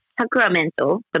Sacramento